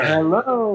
Hello